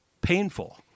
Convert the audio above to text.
painful